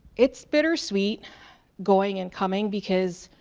it's bittersweet going and coming because